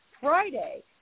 Friday